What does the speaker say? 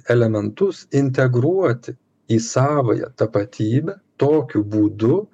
elementus integruoti į savąją tapatybę tokiu būdu